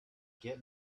get